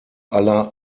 aller